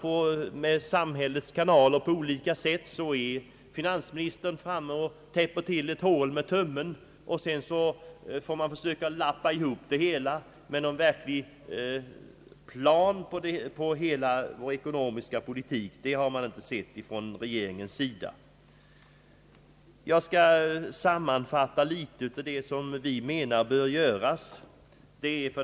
När samhällets kanaler inte fungerar i olika avseenden, är finansministern framme och täpper till ett hål med tummen, och sedan får man försöka lappa ihop det hela, men någon verklig plan för hela vår ekonomiska politik har regeringen inte lagt fram. Jag skall sammanfatta i några punkter det vi menar bör göras.